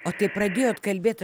o tai pradėjot kalbėt